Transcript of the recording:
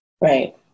right